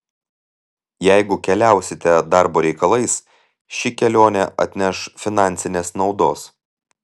jeigu keliausite darbo reikalais ši kelionė atneš finansinės naudos